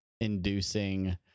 inducing